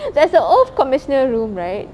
there's a oath commissioner room right